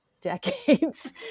decades